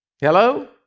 Hello